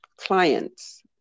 clients